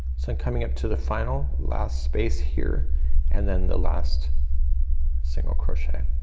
so i'm coming up to the final last space here and then the last single crochet.